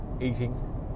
eating